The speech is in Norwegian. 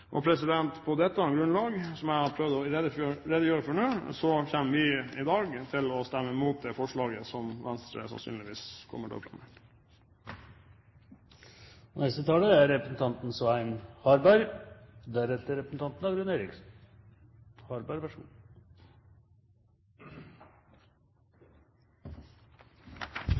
På dette grunnlag, som jeg har prøvd å redegjøre for nå, kommer vi i dag til å stemme imot det forslaget som Venstre sannsynligvis kommer til å fremme. Først vil også jeg få takke saksordføreren for godt arbeid og ikke minst godt samarbeid. Så vil jeg takke representanten